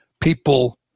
people